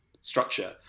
structure